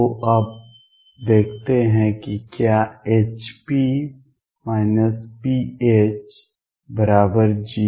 तो अब देखते हैं कि क्या Hp pH0